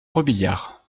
robiliard